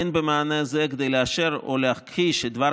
אין במענה הזה כדי לאשר או להכחיש את דבר